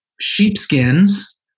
sheepskins